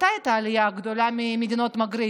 מתי הייתה העלייה הגדולה ממדינות המגרב?